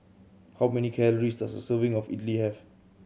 how many calories does a serving of idly have